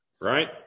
right